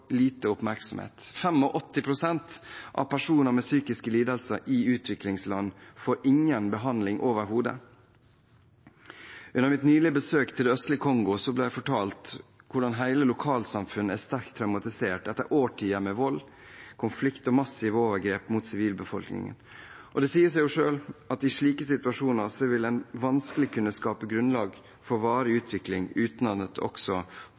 lite oppmerksomhet. 85 pst. av personer med psykiske lidelser i utviklingsland får ingen behandling overhodet. Under mitt nylige besøk til det østlige Kongo ble jeg fortalt hvordan hele lokalsamfunn er sterkt traumatiserte etter årtier med vold, konflikt og massive overgrep mot sivilbefolkningen. Det sier seg selv at i slike situasjoner vil man vanskelig kunne skape grunnlag for varig utvikling uten også